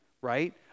right